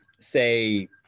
say